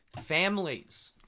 families